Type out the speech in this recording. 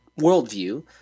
worldview